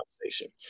conversation